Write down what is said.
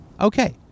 Okay